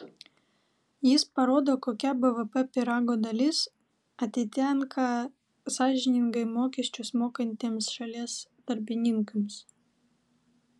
jis parodo kokia bvp pyrago dalis atitenka sąžiningai mokesčius mokantiems šalies darbininkams